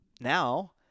now